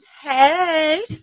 Hey